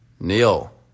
Neil